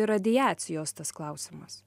radiacijos tas klausimas